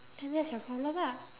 then that's your problem lah